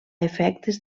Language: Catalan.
efectes